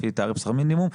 לפי תעריף שכר מינימום,